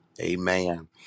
Amen